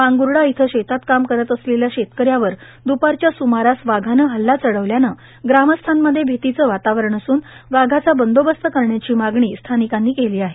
मांगूडा इथं शेतात काम करत असलेल्या शेतकऱ्यावर द्रपारच्या सुमारास वाघानं हल्ला चर्ढावल्यानं ग्रामस्थांमध्ये भीतीचं वातावरण असून वाघाचा बंदोबस्त करण्याची मागणी स्थार्ानकांनी केलां आहे